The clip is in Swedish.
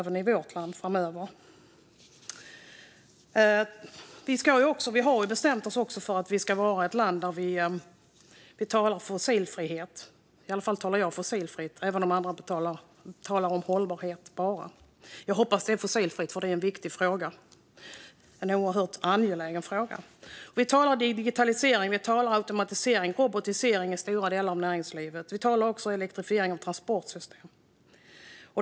Vi har ju bestämt att Sverige ska vara ett land som talar om fossilfrihet; i varje fall talar jag om det fossilfria. Andra talar kanske bara om hållbarhet. Jag hoppas att det handlar om det fossilfria, för det är en viktig och oerhört angelägen fråga. Vi talar om digitalisering, automatisering och robotisering i stora delar av näringslivet. Vi talar också om elektrifiering av transportsystemet.